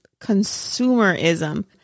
consumerism